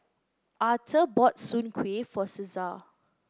Aurthur bought Soon Kuih for Caesar